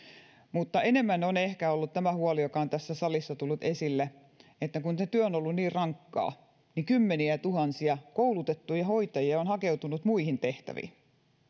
mutta enemmän on ehkä ollut tämä huoli joka on tässä salissa tullut esille että kun se työ on ollut niin rankkaa niin kymmeniätuhansia koulutettuja hoitajia on hakeutunut muihin tehtäviin